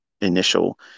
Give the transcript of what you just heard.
initial